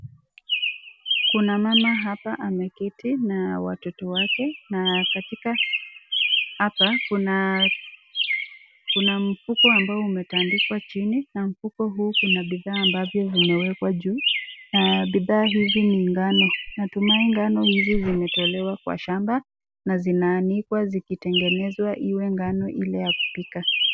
Kuna mama hapa ameketi na watoto wake na katika hapa, kuna mfuko ambao umetandikwa chini, na katika mfuko kuna bidhaa ambavyo zimewekwa juu, na bidhaa hizi ni ngano, natumai ngano hizi zimetolewa kwa shamba, na zinaanikwa zitengenezwe iwe ngano ya kupika.